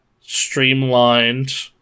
streamlined